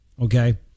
okay